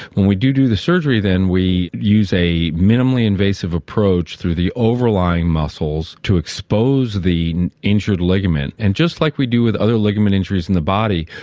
when we do do the surgery then we use a minimally invasive approach approach through the overlying muscles to expose the injured ligament. and just like we do with other ligament injuries in the body,